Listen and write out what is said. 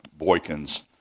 Boykins